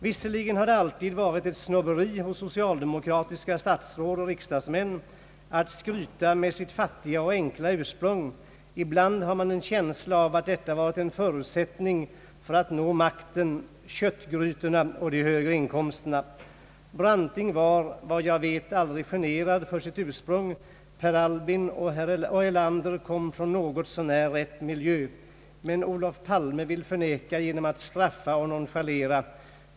Visserligen har det alltid varit ett snobberi hos socialdemokratiska statsråd och riksdagsmän att skryta med sitt fattiga och enkla ursprung. Ibland har man en känsla av att detta varit en förutsättning för att nå makten, köttgrytorna och de högre inkomsterna. Branting var, vad jag vet, aldrig generad för sitt ursprung. Per Albin och Erlander kom från något så när rätt miljö. Men Olof Palme vill förneka genom att straffa och nonchalera.